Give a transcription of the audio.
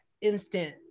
instant